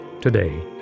today